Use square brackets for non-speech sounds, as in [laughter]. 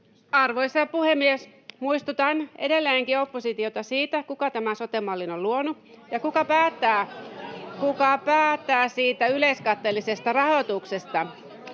Arvoisa puhemies! Muistutan edelleenkin oppositiota siitä, kuka tämän sote-mallin on luonut [noise] ja kuka päättää siitä yleiskatteellisesta rahoituksesta.